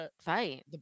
fight